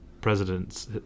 president's